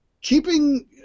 keeping